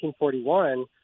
1941